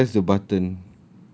no no I press the button